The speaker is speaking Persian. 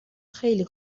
خیلی